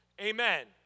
Amen